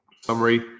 summary